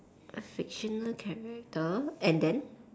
a fictional character and then